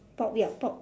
pop ya pop